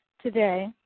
today